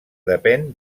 depèn